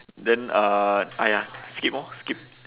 then uh !aiya! skip orh skip